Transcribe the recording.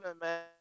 man